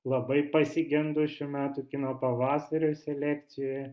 labai pasigendu šių metų kino pavasario selekcijoje